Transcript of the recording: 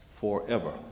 Forever